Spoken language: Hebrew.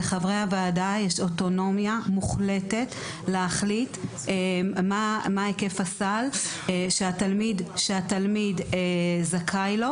לחברי הוועדה יש אוטונומיה מוחלטת להחליט מה היקף הסל שהתלמיד זכאי לו,